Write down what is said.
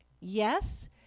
Yes